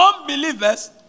unbelievers